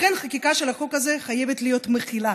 לכן החקיקה של החוק הזה חייבת להיות מכילה,